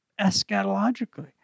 eschatologically